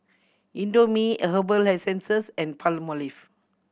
Indomie a Herbal Essences and Palmolive